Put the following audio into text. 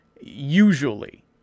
Usually